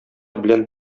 белән